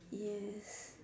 yes